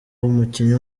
umukinnyi